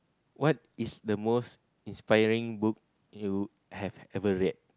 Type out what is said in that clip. what is the most inspiring book you have ever read